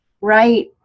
right